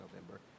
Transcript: November